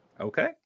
Okay